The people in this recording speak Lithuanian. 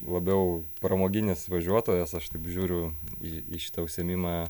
labiau pramoginis važiuotojas aš taip žiūriu į į šitą užsiėmimą